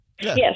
Yes